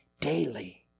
daily